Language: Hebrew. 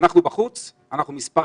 על פת